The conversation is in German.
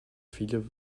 viele